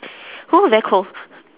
oo very cold